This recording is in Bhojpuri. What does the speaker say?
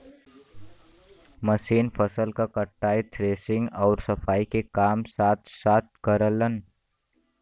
मशीन फसल क कटाई, थ्रेशिंग आउर सफाई के काम साथ साथ करलन